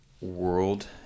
world